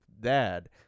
dad